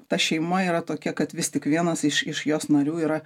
ta šeima yra tokia kad vis tik vienas iš iš jos narių yra